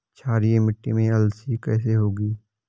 क्षारीय मिट्टी में अलसी कैसे होगी?